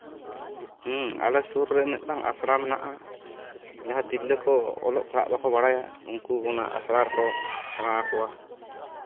ᱟᱞᱮ ᱥᱩᱨ ᱨᱮ ᱢᱤᱫᱴᱟᱝ ᱟᱥᱲᱟ ᱢᱮᱱᱟᱜᱼᱟ ᱡᱟᱦᱟᱸᱭ ᱛᱤᱨᱞᱟᱹ ᱠᱚ ᱚᱞᱚᱜ ᱯᱟᱲᱦᱟᱜ ᱵᱟᱠᱚ ᱵᱟᱲᱟᱭᱟ ᱩᱱᱠᱩ ᱚᱱᱟ ᱟᱥᱲᱟ ᱨᱮᱠᱚ ᱥᱮᱬᱟᱣᱟᱠᱚᱣᱟ